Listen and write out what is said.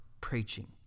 preaching